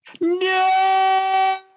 No